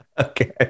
Okay